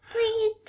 Please